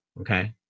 Okay